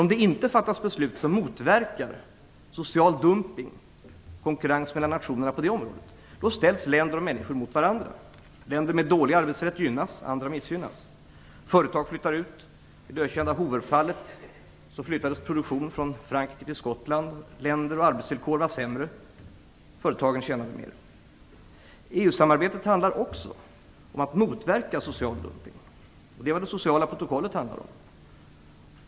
Om det inte fattas beslut som motverkar social dumpning, konkurrens mellan nationerna på det området, ställs länder och människor mot varandra. Länder med dålig arbetsrätt gynnas, andra missgynnas, företag flyttar ut - i det ökända Skottland - till länder där arbetsvillkoren är sämre och företagen tjänar mer. EU-samarbetet handlar också om att motverka social dumpning. Det är vad det sociala protokollet handlar om.